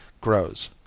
grows